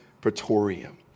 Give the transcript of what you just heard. praetorium